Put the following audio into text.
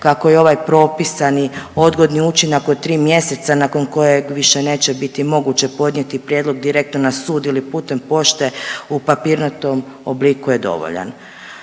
kako je ovaj propisani odgodni učinak od tri mjeseca nakon kojeg više neće biti moguće podnijeti prijedlog direktan na sud ili putem pošte u papirnatom obliku je dovoljan.